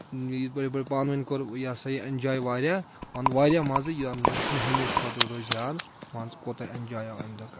یِتھ پٲٹھۍ یِتھ پٲٹھۍ پانہٕ ؤنۍ کوٚر یہِ ہَسا یہِ اؠنجاے واریاہ وَن واریاہ مَزٕ یَتھ منٛز یُس مےٚ ہمیشہِ خٲطرٕ روزِ یاد مان ژٕ کوتاہ اینجاے آو اَمہِ دۄہ کرنہٕ